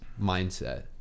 mindset